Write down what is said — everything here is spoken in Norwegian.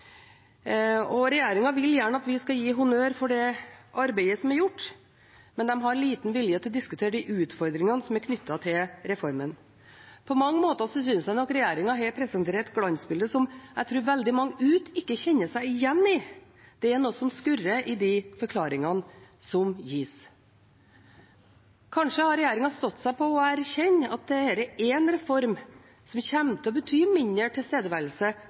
vil gjerne at vi skal gi honnør for det arbeidet som er gjort, men de har liten vilje til å diskutere de utfordringene som er knyttet til reformen. På mange måter synes jeg nok at regjeringen her presenterer et glansbilde som jeg tror veldig mange der ute ikke kjenner seg igjen i. Det er noe som skurrer i de forklaringene som gis. Kanskje hadde regjeringen stått seg på å erkjenne at dette er en reform som kommer til å bety mindre tilstedeværelse